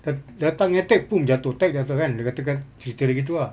da~ datang attack pun jatuh attack jatuh kan boleh katakan cerita dia gitu lah